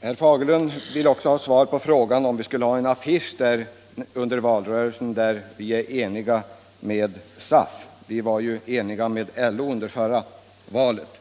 Herr Fagerlund ville veta om vi under valrörelsen skall ha en affisch där vi talar om att vi är eniga med SAF. Vi var ju eniga med LO under förra valet.